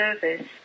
service